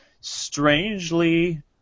strangely